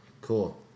Cool